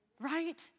right